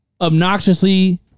obnoxiously